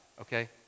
okay